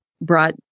brought